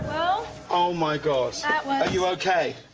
oh oh my god are you okay?